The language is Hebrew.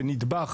כנדבך,